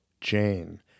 Jane